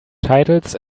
titles